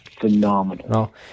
phenomenal